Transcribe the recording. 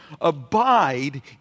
Abide